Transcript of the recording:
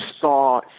saw